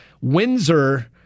Windsor